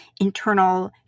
internal